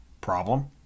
problem